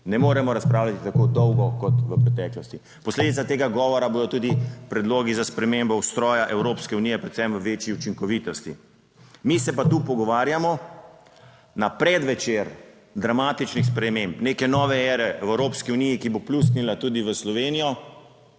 Ne moremo razpravljati tako dolgo kot v preteklosti. Posledica tega govora bodo tudi predlogi za spremembo ustroja Evropske unije, predvsem v večji učinkovitosti. Mi se pa tu pogovarjamo na predvečer dramatičnih sprememb, neke nove ere v Evropski uniji, ki bo pljusknila tudi v Slovenijo,